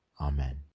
Amen